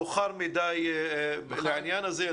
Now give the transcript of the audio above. החשש שלך הוא שיהיה מאוחר מדי לעניין הזה.